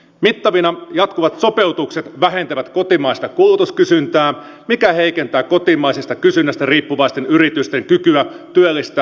mittavina jatkuvat sopeutukset vähentävät kotimaista kulutuskysyntää mikä heikentää kotimaisesta kysynnästä riippuvaisten yritysten kykyä työllistää ja investoida